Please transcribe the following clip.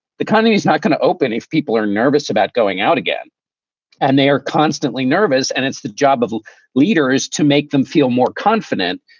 the country is not going to open if people are nervous about going out again and they are constantly nervous. and it's the job of a leader is to make them feel more confident.